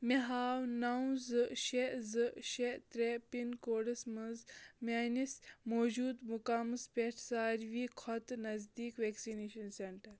مےٚ ہاو نو زٕ شےٚ زٕ شےٚ ترٛےٚ پِن کوڈس مَنٛز میٲنِس موجوٗدٕ مُقامس پٮ۪ٹھ ساروی کھۄتہٕ نزدیٖک وٮ۪کسِنیٚشن سینٹر